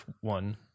one